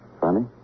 Funny